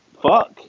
Fuck